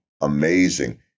amazing